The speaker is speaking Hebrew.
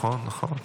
נכון.